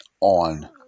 on